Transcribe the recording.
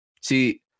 See